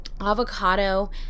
avocado